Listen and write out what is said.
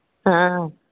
हॅं